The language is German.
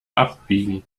abbiegen